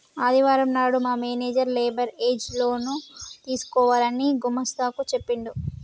ఆదివారం నాడు మా మేనేజర్ లేబర్ ఏజ్ లోన్ తీసుకోవాలని గుమస్తా కు చెప్పిండు